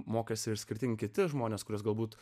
mokėsi išskirtinį kiti žmonės kuris galbūt